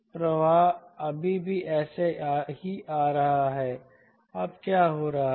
प्रवाह अभी भी ऐसे ही आ रहा है अब क्या हो रहा है